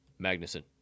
Magnuson